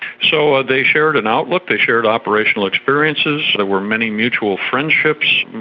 so ah they shared an outlook, they shared operational experiences. there were many mutual friendships.